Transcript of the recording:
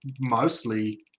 mostly